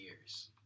years